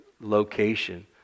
location